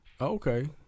Okay